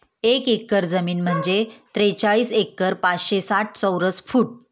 एक एकर जमीन म्हणजे त्रेचाळीस हजार पाचशे साठ चौरस फूट